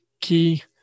key